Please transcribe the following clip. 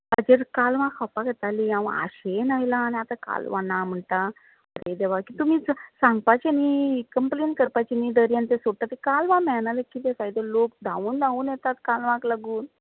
आमगेर कालवां खावपाक येतालीं आनी हांव आशेन आयलां आनी आतां कालवां ना म्हणटा आरे देवा तुमी सांगपाचें न्हय कंम्पलेंट करपाची न्हय दर्यान कालवां मेळाना कितें फायदो लोक धांवून धांवून येतात कालवांक लागून